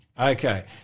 Okay